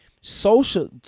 social